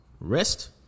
Rest